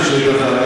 אני שומע את השטח.